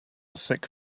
thick